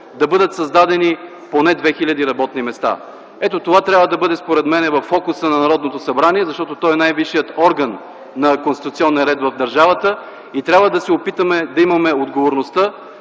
да бъдат създадени поне 2000 работни места. Ето това според мен трябва да бъде във фокуса на Народното събрание, защото то е най-висшият орган на конституционен ред, и трябва да се опитаме да имаме отговорността